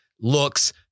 looks